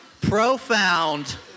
Profound